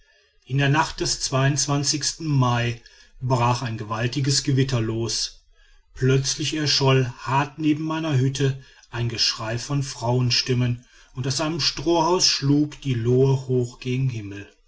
in der nacht des mai brach ein gewaltiges gewitter los plötzlich erscholl hart neben meiner hütte ein geschrei von frauenstimmen und aus einem strohhaus schlug die lohe hoch gen himmel